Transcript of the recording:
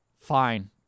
fine